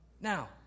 Now